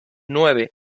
nueve